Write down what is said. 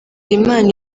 imana